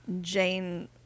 jane